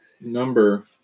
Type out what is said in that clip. number